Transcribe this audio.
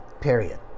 period